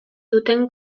duten